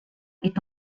est